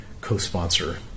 co-sponsor